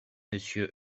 monsieur